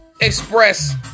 express